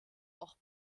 auch